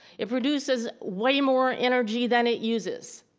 it produces way more energy than it uses.